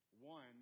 One